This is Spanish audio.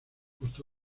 justo